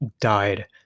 died